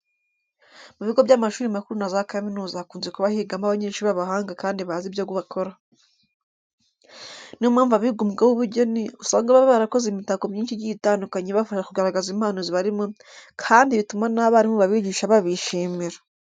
Mu bigo by'amashuri makuru na za kaminuza hakunze kuba higamo abanyeshuri b'abahanga kandi bazi ibyo bakora. Ni yo mpamvu abiga umwuga w'ubugeni usanga baba barakoze imitako myinshi igiye itandukanye ibafasha kugaragaza impano zibarimo kandi bituma n'abarimu babigisha babishimira.